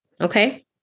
okay